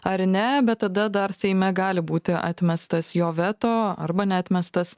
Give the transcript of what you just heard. ar ne bet tada dar seime gali būti atmestas jo veto arba neatmestas